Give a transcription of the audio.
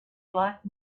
black